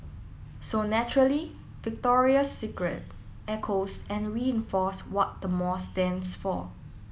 so naturally Victoria's Secret echoes and reinforce what the mall stands for